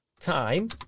time